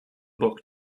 book